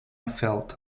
felt